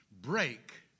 break